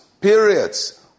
periods